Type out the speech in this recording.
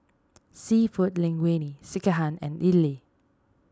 Seafood Linguine Sekihan and Idili